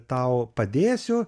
tau padėsiu